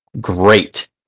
great